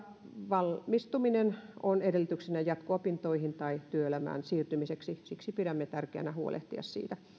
valmistuminen on edellytyksenä jatko opintoihin tai työelämään siirtymiseksi siksi pidämme tärkeänä huolehtia siitä